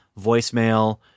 voicemail